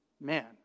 man